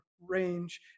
range